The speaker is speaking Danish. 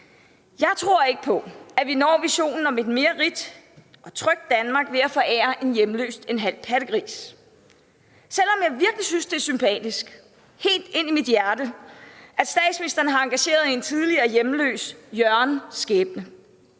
Jeg tror ikke på, at vi når visionen om et mere rigt og trygt Danmark ved at forære en hjemløs en halv pattegris, selv om jeg virkelig helt ind i mit hjerte synes, det er sympatisk, at statsministeren har engageret sig i en tidligere hjemløs, Jørgens, skæbne.